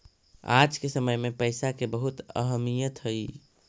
आज के समय में पईसा के बहुत अहमीयत हई